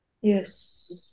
Yes